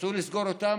כשרצו לסגור אותם,